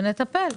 ונטפל.